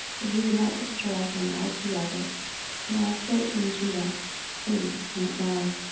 that he would not destroy him altogether and also in judah things went well.